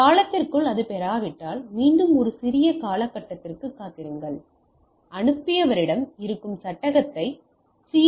காலத்திற்குள் அது பெறப்பட்டால் மீண்டும் ஒரு சிறிய காலகட்டத்திற்கு காத்திருங்கள் அனுப்பியவரிடம் இருக்கும் சட்டகத்தை சி